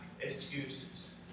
excuses